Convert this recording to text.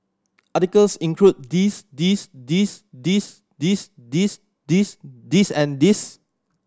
articles include this this this this this this this this and this